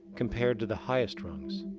compared to the highest rungs.